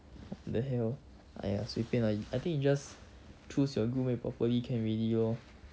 the hell !aiya! 随便 lah I think you just choose your group mate properly can already lor